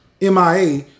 MIA